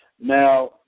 Now